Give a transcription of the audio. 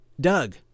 Doug